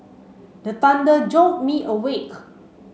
the thunder jolt me awake